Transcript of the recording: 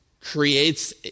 creates